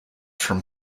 from